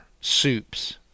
soups